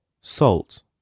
Salt